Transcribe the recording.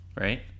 right